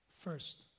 First